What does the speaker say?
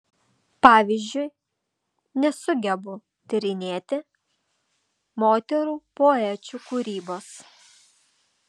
pavyzdžiui nesugebu tyrinėti moterų poečių kūrybos